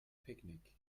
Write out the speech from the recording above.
picnic